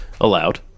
Allowed